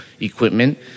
equipment